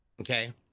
okay